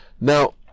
now